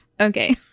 Okay